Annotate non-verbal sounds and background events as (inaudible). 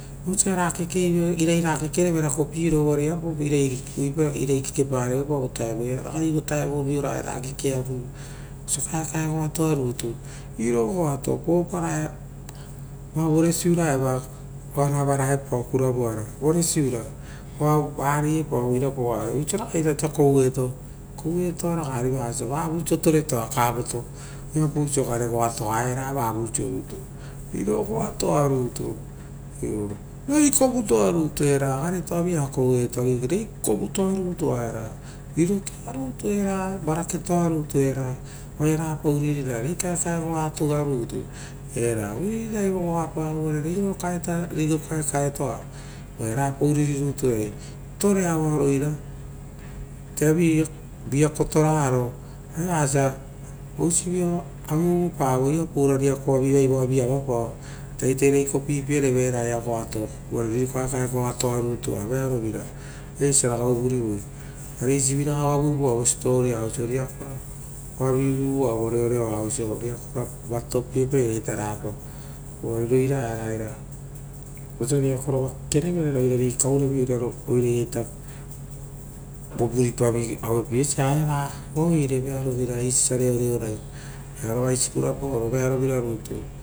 Osia ragai uvuri voi osia era kekeavoi vovutavi raia. Veavovira rutu uva re evavi ra uriripievo uvare vovutaoviraga ia era ira kekeavoi ora eira goava raiava eisiviraga rearovira. (noise)